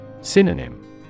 Synonym